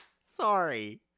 Sorry